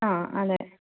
ആ അതെ